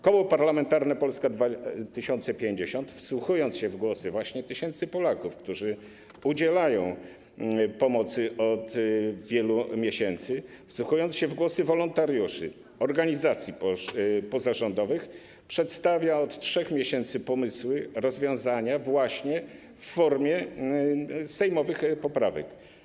Koło Parlamentarne Polska 2050, wsłuchując się w głosy tysięcy Polaków, którzy udzielają pomocy od wielu miesięcy, wsłuchując się w głosy wolontariuszy, organizacji pozarządowych, przedstawia od 3 miesięcy pomysły rozwiązania właśnie w formie sejmowych poprawek.